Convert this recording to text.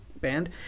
band